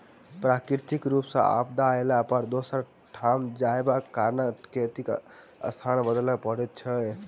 प्राकृतिक रूप सॅ आपदा अयला पर दोसर ठाम जायबाक कारणेँ खेतीक स्थान बदलय पड़ैत छलै